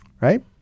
right